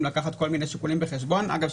להביא כל מיני שיקולים בחשבון אגב,